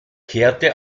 kehrte